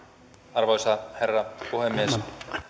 arvoisa herra puhemies